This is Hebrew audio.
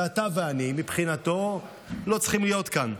ואתה ואני מבחינתו לא צריכים להיות כאן.